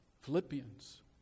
Philippians